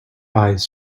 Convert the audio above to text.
eyes